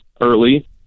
early